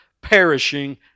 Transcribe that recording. perishing